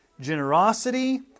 generosity